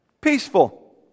Peaceful